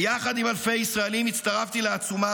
ביחד עם אלפי ישראלים הצטרפתי לעצומה